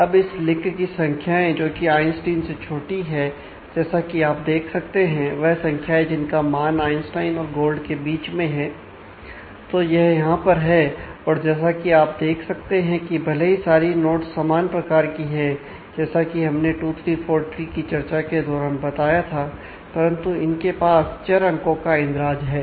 अब इस लिंक की संख्याएं जोकि आइंस्टाइन से छोटी है जैसा कि आप देख सकते हैं वह संख्याएं जिनका मान आइंस्टाइन और गोल्ड के बीच में है तो यह यहां पर है और जैसा कि आप देख सकते हैं कि भले ही सारी नोड्स समान प्रकार की है जैसा कि हमने 2 3 4 ट्री की चर्चा के दौरान बताया था परंतु इनके पास चर अंको का इंद्राज है